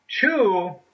Two